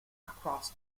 across